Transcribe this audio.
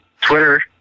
twitter